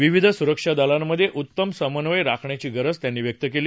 विविध सुरक्षा दलांमधे उत्तम समन्वय राखण्याची गरज त्यांनी व्यक्त केली